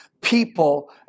people